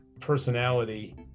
personality